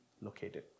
located